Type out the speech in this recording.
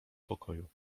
pokoju